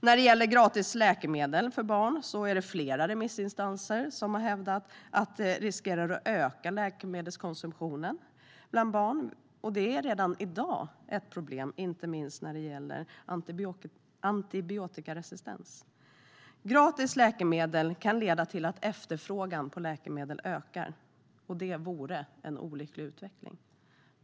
När det gäller gratis läkemedel för barn har flera remissinstanser hävdat att det finns risk att det ökar läkemedelskonsumtionen bland barn. Det är ett problem redan i dag, inte minst när det gäller antibiotikaresistens. Gratis läkemedel kan leda till att efterfrågan på läkemedel ökar, och det vore en olycklig utveckling.